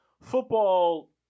Football